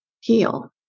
heal